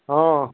অঁ